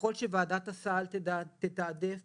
וככול שוועדת הסל תתעדף